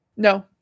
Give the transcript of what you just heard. No